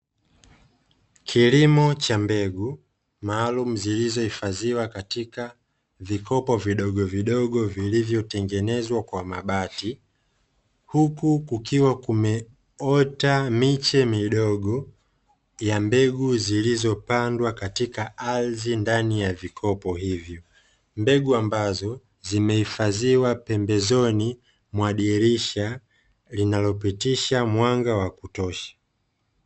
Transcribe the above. Kilimo cha mbegu maalumu zilizohifadhiwa katika vikopo vidogovidogo vilivyotengenezwa kwa mabati, huku kukiwa kumeota miche midogo ya mbegu zilizopandwa katika ardhi ndani ya vikopo hivyo, mbegu ambazo zimehifadhiwa pembezoni mwa dirisha linalopitisha mwanga wa kutosha.